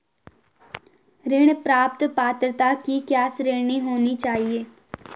ऋण प्राप्त पात्रता की क्या श्रेणी होनी चाहिए?